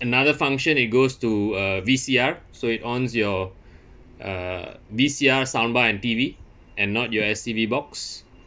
another function it goes to uh V_C_R so it ons your uh V_C_R sound bar and T_V and not your S_C_V box